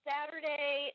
Saturday